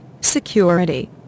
security